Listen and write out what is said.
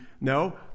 No